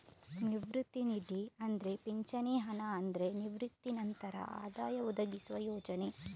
ನಿವೃತ್ತಿ ನಿಧಿ ಅಂದ್ರೆ ಪಿಂಚಣಿ ಹಣ ಅಂದ್ರೆ ನಿವೃತ್ತಿ ನಂತರ ಆದಾಯ ಒದಗಿಸುವ ಯೋಜನೆ